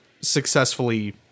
successfully